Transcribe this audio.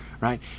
right